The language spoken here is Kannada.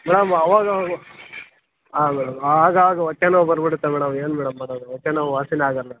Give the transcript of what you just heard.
ಮೇಡಮ್ ಅವಾಗವಾಗ ಹಾಂ ಮೇಡಮ್ ಆಗಾಗ ಹೊಟ್ಟೆನೋವು ಬಂದುಬಿಡುತ್ತೆ ಮೇಡಮ್ ಏನು ಮೇಡಮ್ ಮಾಡೋದು ಹೊಟ್ಟೆನೋವು ವಾಸಿಯೇ ಆಗೋಲ್ಲ